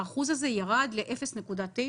האחוז הזה ירד ל-0.09.